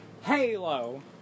Halo